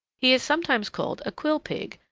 he is sometimes called a quill pig,